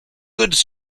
goods